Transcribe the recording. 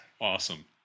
awesome